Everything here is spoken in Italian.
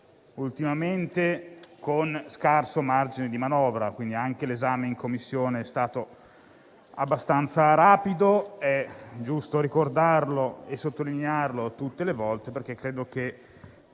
ultimamente, con scarso margine di manovra; quindi, anche l'esame in Commissione è stato abbastanza rapido. È giusto ricordarlo e sottolinearlo tutte le volte perché credo che